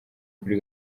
kuri